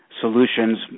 solutions